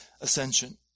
ascension